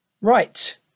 Right